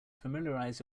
familiarize